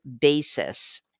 basis